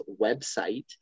website